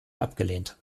abgelehnt